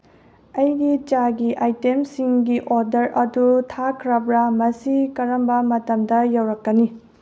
ꯑꯩꯒꯤ ꯆꯥꯒꯤ ꯑꯥꯏꯇꯦꯝꯁꯤꯡꯒꯤ ꯑꯣꯗꯔ ꯑꯗꯨ ꯊꯥꯈ꯭ꯔꯕ꯭ꯔꯥ ꯃꯁꯤ ꯀꯔꯝꯕ ꯃꯇꯝꯗ ꯌꯧꯔꯛꯀꯅꯤ